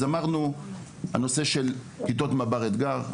אז הזכרנו את הנושא של כיתות מב״ר אתגר,